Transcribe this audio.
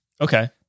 Okay